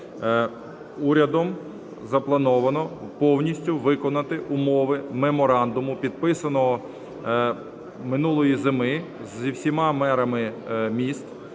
Урядом заплановано повністю виконати умови меморандуму, підписаного минулої зими зі всіма мерами міст,